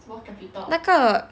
那个